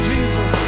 Jesus